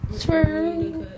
True